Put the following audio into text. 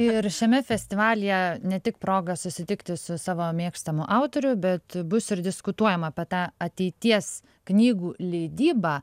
ir šiame festivalyje ne tik proga susitikti su savo mėgstamu autoriu bet bus ir diskutuojama apie tą ateities knygų leidybą